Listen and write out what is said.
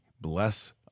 bless